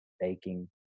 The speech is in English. baking